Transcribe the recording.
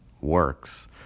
works